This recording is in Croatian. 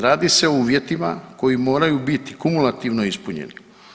Radi se o uvjetima koji moraju biti kumulativno ispunjeni.